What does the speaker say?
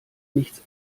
nichts